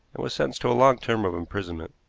and was sentenced to a long term of imprisonment.